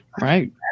Right